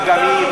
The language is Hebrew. וגם היא.